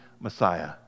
Messiah